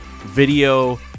video